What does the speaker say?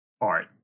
art